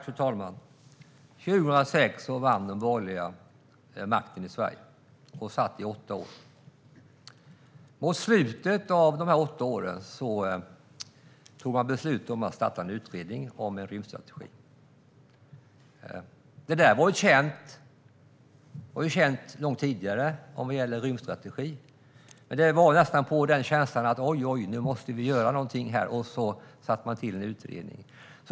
Fru talman! År 2006 vann de borgerliga makten i Sverige. De satt i åtta år. Mot slutet av de här åtta åren tog man beslut om att starta en utredning om en rymdstrategi. Men det här med en rymdstrategi var känt långt tidigare. Känslan var nästan att man tyckte "ojoj, nu måste vi göra någonting" och tillsatte en utredning.